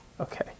Okay